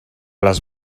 las